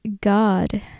God